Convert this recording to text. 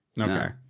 Okay